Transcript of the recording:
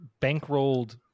bankrolled